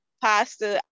pasta